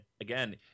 again